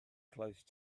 close